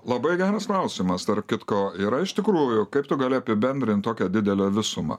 labai geras klausimas tarp kitko yra iš tikrųjų kaip tu gali apibendrint tokią didelę visumą